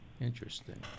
Interesting